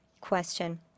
Question